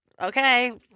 Okay